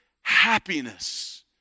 happiness